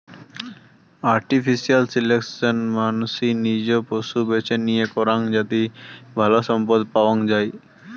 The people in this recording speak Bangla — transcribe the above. আর্টিফিশিয়াল সিলেকশন মানসি নিজে পশু বেছে নিয়ে করাং যাতি ভালো সম্পদ পাওয়াঙ যাই